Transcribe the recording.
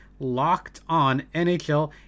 LOCKEDONNHL